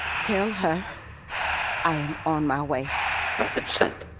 tell her i am on my way message sent.